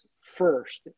first